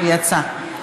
הוא יצא.